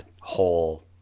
whole